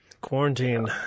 quarantine